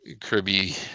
Kirby